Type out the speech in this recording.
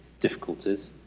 difficulties